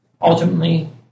ultimately